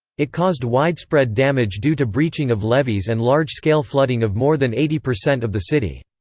it caused widespread damage due to breaching of levees and large-scale flooding of more than eighty percent of the city.